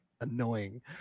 Annoying